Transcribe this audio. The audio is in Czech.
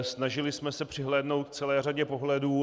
Snažili jsme se přihlédnout k celé řadě pohledů.